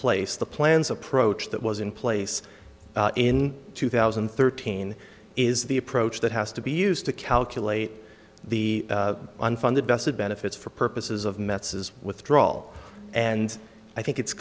place the plans approach that was in place in two thousand and thirteen is the approach that has to be used to calculate the unfunded vested benefits for purposes of meths is withdrawal and i think it's